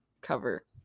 cover